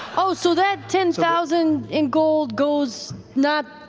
oh, so that ten thousand in gold goes not